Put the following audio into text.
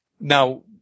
Now